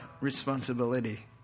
responsibility